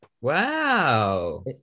Wow